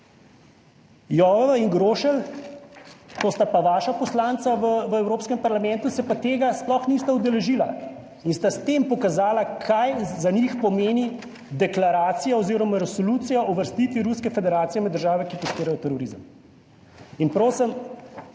Jovova in Grošelj, to sta pa vaša poslanca v Evropskem parlamentu, se pa tega sploh nista udeležila in sta s tem pokazala, kaj za njih pomeni deklaracija oziroma resolucija o uvrstitvi Ruske federacije med države, ki podpirajo terorizem. In prosim,